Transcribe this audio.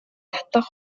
татах